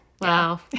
Wow